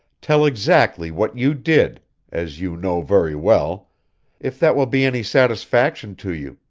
tell exactly what you did as you know very well if that will be any satisfaction to you.